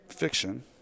fiction